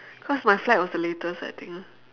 cause my flight was the latest I think